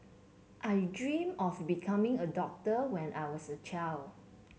I dreamt of becoming a doctor when I was a child